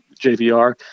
JVR